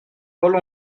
pôle